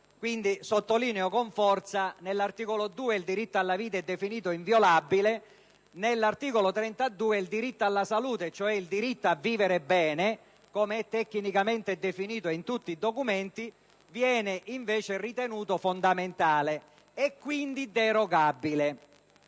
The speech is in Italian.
Quindi, sottolineo con forza che nell'articolo 2 il diritto alla vita è definito inviolabile mentre nell'articolo 32 il diritto alla salute, cioè il diritto a vivere bene, come è tecnicamente definito in tutti i documenti, viene invece ritenuto fondamentale e quindi derogabile.